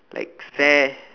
like sad